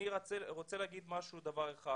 אני רוצה לומר דבר אחד.